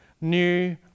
new